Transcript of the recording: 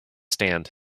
stand